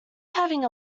having